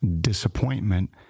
disappointment